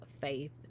faith